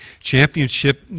Championship